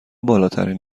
بالاترین